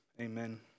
amen